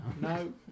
No